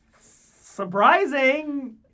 surprising